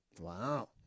Wow